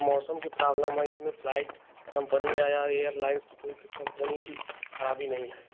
मौसम की प्राब्लम है इसमें फ्लाइट कंपनी आ जा रही है एयरलाइंस कोई क कंपनी की खराबी नहीं है